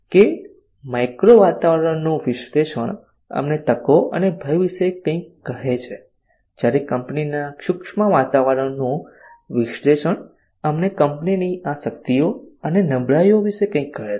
કે મેક્રો વાતાવરણનું વિશ્લેષણ અમને તકો અને ભય વિશે કંઈક કહે છે જ્યારે કંપનીના સૂક્ષ્મ વાતાવરણનું વિશ્લેષણ અમને કંપનીની આ શક્તિઓ અને નબળાઈઓ વિશે કંઈક કહે છે